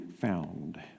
found